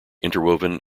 interwoven